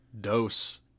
Dose